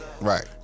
right